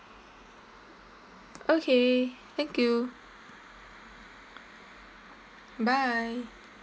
okay thank you bye